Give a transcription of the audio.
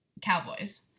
Cowboys